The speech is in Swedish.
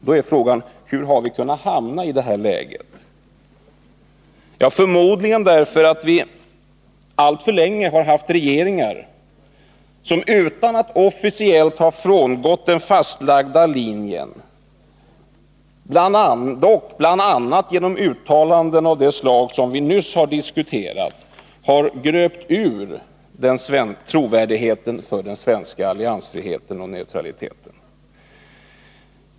Då är frågan: Hur har vi kunnat hamna i det här läget? Ja, förmodligen har det skett därför att vi alltför länge har haft regeringar som — utan att officiellt ha frångått den fastlagda linjen — dock, bl.a. genom uttalanden av det slag vi nyss har diskuterat, har gröpt ur trovärdigheten hos den svenska alliansfriheten och neutraliteten.